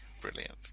Brilliant